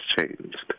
changed